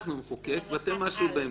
אנחנו המחוקק ואתם משהו באמצע.